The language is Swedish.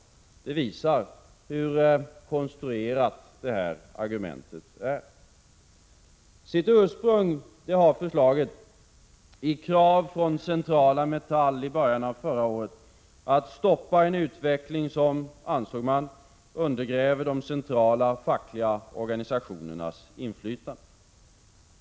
Det visar hur konstruerat och falskt det argumentet är. Sitt ursprung har förslaget i kravet från centrala Metall i början av förra året att stoppa en utveckling som, ansåg man, undergrävde de centrala fackliga organisationernas inflytande.